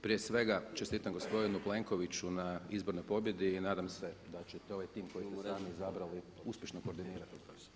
Prije svega čestitam gospodinu Plenkoviću na izbornoj pobjedi i nadam se da ćete ovaj tim koji … izabrali uspješno koordinirati.